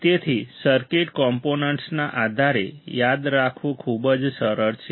તેથી સર્કિટ કોમ્પોનેન્ટ્સના આધારે યાદ રાખવું ખૂબ જ સરળ છે